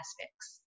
aspects